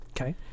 Okay